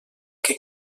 que